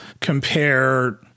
compare